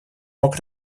мог